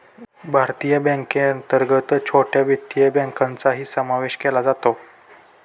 भारतीय बँकेअंतर्गत छोट्या वित्तीय बँकांचाही समावेश केला जातो